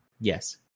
Yes